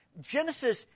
Genesis